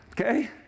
Okay